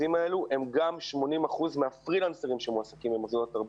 האלה הם גם 80% מהפרילנסרים שמועסקים במוסדות התרבות,